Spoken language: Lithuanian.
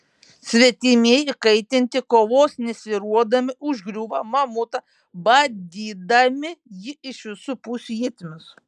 svetimieji įkaitinti kovos nesvyruodami užgriūva mamutą badydami jį iš visų pusių ietimis